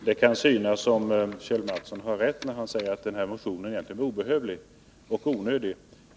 Herr talman! Det kan tyckas som om Kjell Mattsson hade rätt när han sade att den här motionen egentligen är obehövlig.